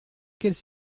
quelle